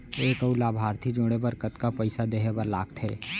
एक अऊ लाभार्थी जोड़े बर कतका पइसा देहे बर लागथे?